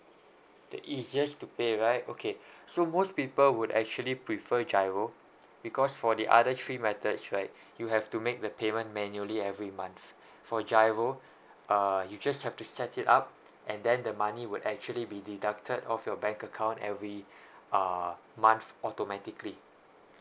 the easiest to pay right okay so most people would actually prefer G_I_R_O because for the other three methods right you have to make the payment manually every month for G_I_R_O uh you just have to set it up and then the money would actually be deducted of your bank account every err month automatically